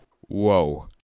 Whoa